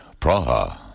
Praha